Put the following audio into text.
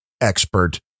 expert